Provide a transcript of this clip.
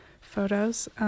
photos